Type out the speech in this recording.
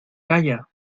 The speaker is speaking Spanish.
calla